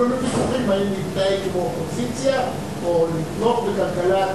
היו לנו ויכוחים אם להתנהג כמו אופוזיציה או לתמוך בכלכלת